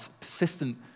persistent